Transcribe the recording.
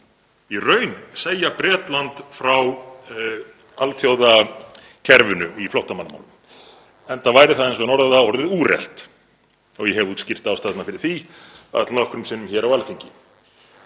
í raun að segja Bretland frá alþjóðakerfinu í flóttamannamálum, enda væri það, eins og hann orðaði það, orðið úrelt. Ég hef útskýrt ástæðurnar fyrir því allnokkrum sinnum hér á Alþingi.